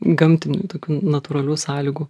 gamtinių tokių natūralių sąlygų